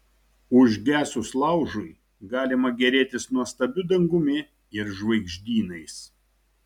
užgesus laužui galima gėrėtis nuostabiu dangumi ir žvaigždynais